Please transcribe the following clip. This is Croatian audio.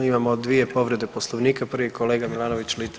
Imamo dvije povrede Poslovnika, prvi je kolega Milanović Litre.